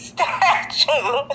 Statue